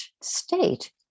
state